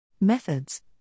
Methods